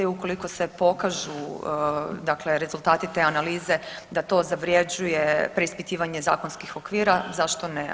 I ukoliko se pokažu, dakle rezultati te analize da to zavrjeđuje preispitivanje zakonskih okvira zašto ne.